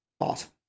awesome